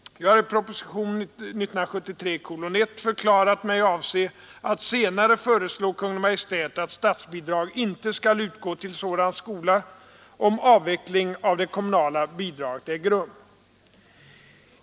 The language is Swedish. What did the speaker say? Jag har i propositionen 1973:1 förklarat mig avse att senare föreslå Kungl. Maj:t att statsbidrag inte skall utgå till sådan skola, om avveckling av det kommunala bidraget äger rum.